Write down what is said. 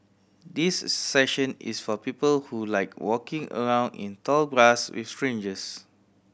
this session is for people who like walking around in tall grass with strangers